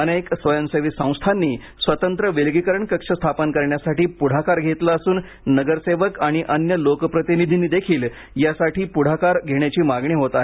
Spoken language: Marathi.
अनेक स्वयंसेवी संस्थानी स्वतंत्र विलगीकरण कक्ष स्थापन करण्यासाठी पुढाकार घेतला असून नगरसेवक आणि अन्य लोकप्रतिनिधींनीदेखील यासाठी पुढाकार घेण्याची मागणी होत आहे